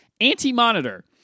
Anti-Monitor